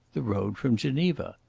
the road from geneva.